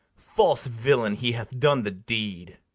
false villain, he hath done the deed.